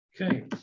Okay